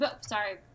sorry